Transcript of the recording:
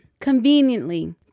conveniently